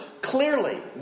clearly